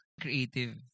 creative